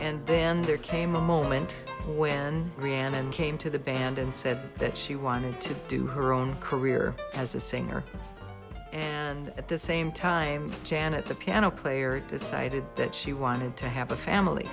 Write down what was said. and then there came a moment when brianna and came to the band and said that she wanted to do her own career as a singer and at the same time janet the piano player decided that she wanted to have a family